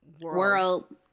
world